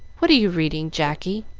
what are you reading, jacky?